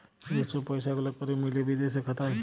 যে ছব পইসা গুলা ক্যরে মিলে বিদেশে খাতায়